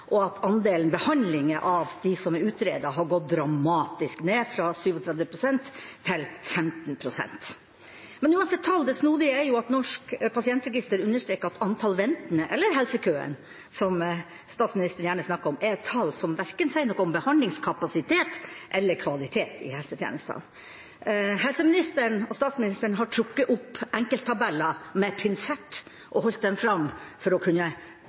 og at andelen behandlinger for dem som er utredet, har gått dramatisk ned, fra 37 pst. til 15 pst. Uansett tall: Det snodige er at Norsk pasientregister understreker at antall ventende – eller helsekøen, som statsministeren gjerne snakker om – er tall som verken sier noe om behandlingskapasitet eller kvalitet i helsetjenestene. Helseministeren og statsministeren har trukket opp enkelttabeller med pinsett og holdt dem fram for å kunne